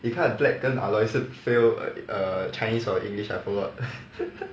你看 black 跟 ah loi 是 fail err chinese or english I forgot